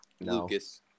Lucas